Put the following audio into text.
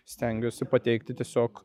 stengiuosi pateikti tiesiog